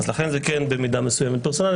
אז לכן זה כן במידה מסוימת פרסונלי.